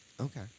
okay